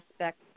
aspects